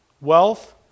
wealth